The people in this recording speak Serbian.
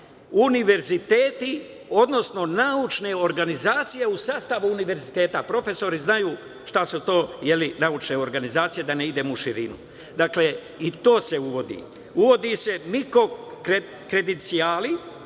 univerziteti, odnosno naučne organizacije u sastavu univerziteta. Profesori znaju šta su to naučne organizacije, da ne idemo u širinu. Dakle, i to se uvodi. Uvode se mikro kredencijali